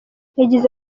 yagize